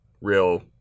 real